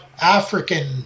African